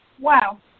Wow